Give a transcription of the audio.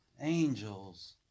angels